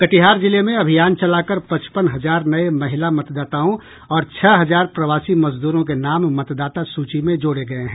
कटिहार जिले में अभियान चलाकर पचपन हजार नये महिला मतदाताओं और छह हजार प्रवासी मजदूरों के नाम मतदाता सूची में जोड़े गये हैं